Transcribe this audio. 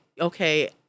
okay